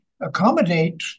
accommodate